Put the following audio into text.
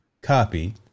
copy